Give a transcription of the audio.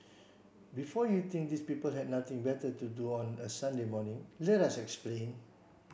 before you think these people had nothing better to do on a Sunday morning let us explain